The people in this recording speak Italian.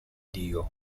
dio